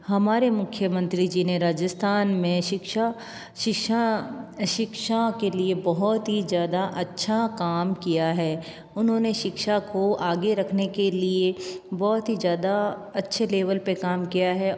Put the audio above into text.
हमारे मुख्य मंत्री जी ने राजस्थान में शिक्षा शिक्षा शिक्षा के लिए बहुत ही ज़्यादा अच्छा काम किया है उन्होंने शिक्षा को आगे रखने के लिए बहुत ही ज़्यादा अच्छे लेवल पे काम किया है